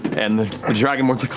and the the dragonborn's